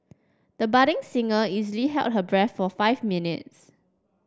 the budding singer easily held her breath for five minutes